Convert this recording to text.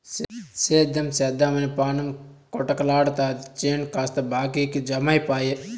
సేద్దెం సేద్దెమని పాణం కొటకలాడతాది చేను కాస్త బాకీకి జమైపాయె